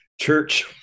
church